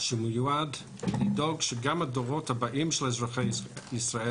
שמיועדת לדאוג שגם הדורות הבאים של אזרחי ישראל